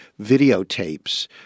videotapes